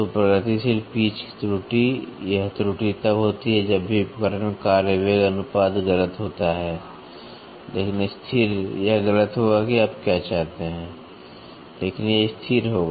तो प्रगतिशील पिच त्रुटि यह त्रुटि तब होती है जब भी उपकरण कार्य वेग अनुपात गलत होता है लेकिन स्थिर यह गलत होगा कि आप क्या चाहते हैं लेकिन यह स्थिर रहेगा